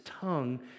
tongue